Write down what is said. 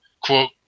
quote